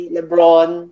Lebron